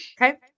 Okay